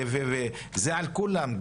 וזה על כולם,